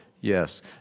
Yes